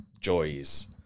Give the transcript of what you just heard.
joys